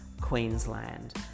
Queensland